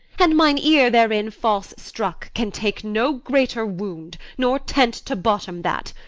and mine ear, therein false struck, can take no greater wound, nor tent to bottom that.